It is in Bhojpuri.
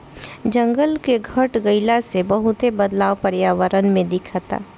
जंगल के घट गइला से बहुते बदलाव पर्यावरण में दिखता